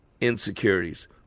insecurities